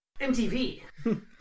MTV